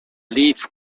leave